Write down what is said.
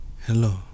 hello